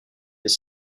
des